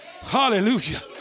Hallelujah